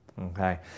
Okay